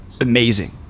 amazing